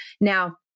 now